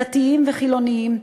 דתיים וחילונים,